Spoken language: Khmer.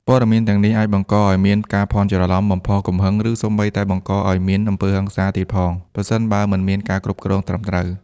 ព័ត៌មានទាំងនេះអាចបង្កឲ្យមានការភ័ន្តច្រឡំ បំផុសកំហឹង ឬសូម្បីតែបង្កឲ្យមាន អំពើហិង្សា ទៀតផង ប្រសិនបើមិនមានការគ្រប់គ្រងត្រឹមត្រូវ។